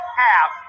half